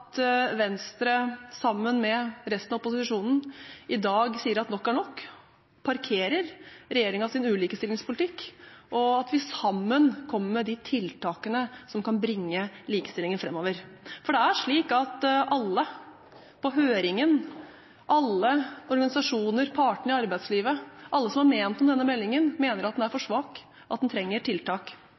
at Venstre, sammen med resten av opposisjonen, i dag sier at nok er nok og parkerer regjeringens ulikestillingspolitikk, og at vi sammen kommer med de tiltakene som kan bringe likestillingen framover. For det er slik at alle på høringen – alle organisasjoner, partene i arbeidslivet – alle som har ment noe om denne meldingen, mener at den er for svak, at den trenger tiltak.